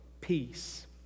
peace